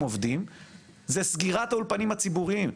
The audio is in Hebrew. עובדים היא סגירת האולפנים הציבוריים.